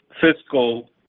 fiscal